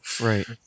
right